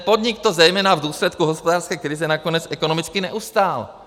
Podnik to zejména v důsledku hospodářské krize nakonec ekonomicky neustál.